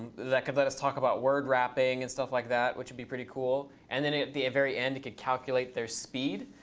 that could let us talk about word wrapping and stuff like that, which would be pretty cool. and then at the very end, it could calculate their speed.